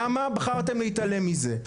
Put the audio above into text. למה בחרתם להתעלם מזה?